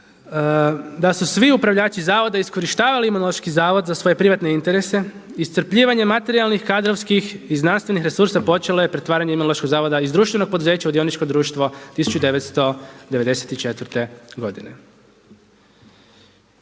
da su svi upravljači zavoda iskorištavali Imunološki zavod za svoje privatne interese, iscrpljivanje materijalnih, kadrovskih i znanstvenih resursa počelo je pretvaranje Imunološkog zavoda iz društvenog poduzeća u dioničko društvo 1994. godine.